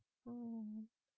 mm